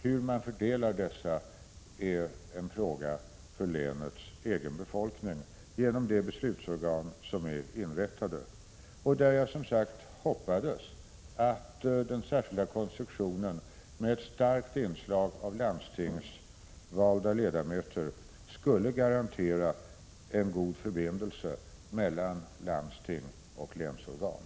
Hur medlen fördelas är en fråga som länets egen befolkning avgör, genom de beslutsorgan som är inrättade, där jag som sagt hoppats att den särskilda konstruktionen med ett starkt inslag av landstingsvalda ledamöter skulle garantera en god förbindelse mellan landsting och länsorgan.